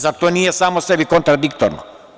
Zar to nije samo sebi kontradiktorno?